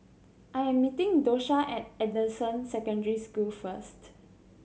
I am meeting Dosha at Anderson Secondary School first